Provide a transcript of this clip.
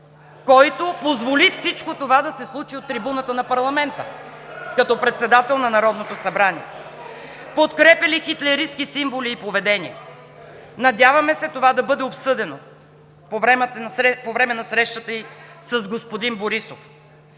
Който позволи всичко това да се случи от трибуната на парламента, като председател на Народното събрание? (Смях от ГЕРБ.) Подкрепя ли хитлеристки символи и поведение? Надяваме се това да бъде обсъдено по време на срещата й с господин Борисов.